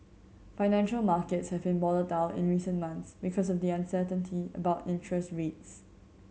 financial markets have been volatile in recent months because of the uncertainty about interest rates